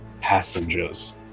Passengers